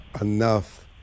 enough